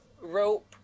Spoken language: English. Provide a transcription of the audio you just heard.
rope